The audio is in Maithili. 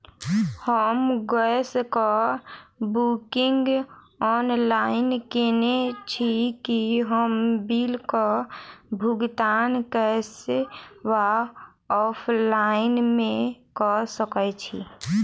हम गैस कऽ बुकिंग ऑनलाइन केने छी, की हम बिल कऽ भुगतान कैश वा ऑफलाइन मे कऽ सकय छी?